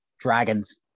Dragons